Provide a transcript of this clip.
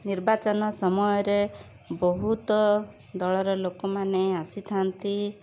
ନିର୍ବାଚନ ସମୟରେ ବହୁତ ଦଳର ଲୋକମାନେ ଆସିଥାନ୍ତି